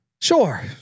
Sure